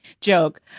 joke